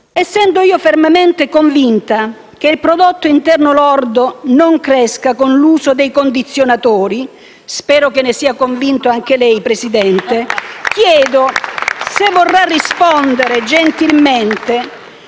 Essendo io fermamente convinta che il prodotto interno lordo non cresca con l'uso dei condizionatori - spero che ne sia convinto anche lei, Presidente *(Applausi dai Gruppi PD e